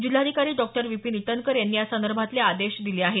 जिल्हाधिकारी डॉक्टर विपीन ईटनकर यांनी या संदर्भातले आदेश दिले आहेत